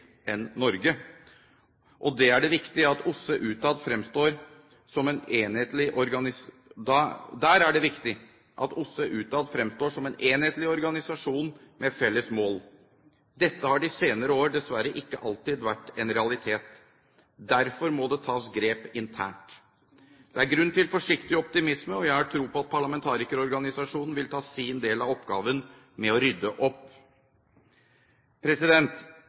enn Norge. Der er det viktig at OSSE utad fremstår som en enhetlig organisasjon med felles mål. Dette har de senere år dessverre ikke alltid vært en realitet. Derfor må det tas grep internt. Det er grunn til forsiktig optimisme, og jeg har tro på at parlamentarikerorganisasjonen vil ta sin del av oppgaven med å rydde opp.